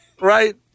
Right